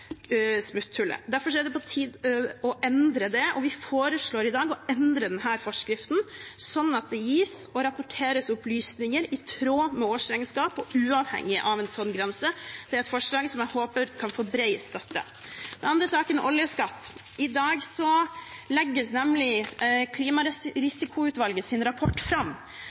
på tide å endre det, og vi foreslår i dag å endre denne forskriften, slik at det gis og rapporteres opplysninger i tråd med årsregnskap og uavhengig av en slik grense. Det er et forslag som jeg håper kan få bred støtte. Den andre saken er oljeskatt. I dag legges nemlig Klimarisikoutvalgets rapport fram.